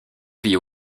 vit